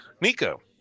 Nico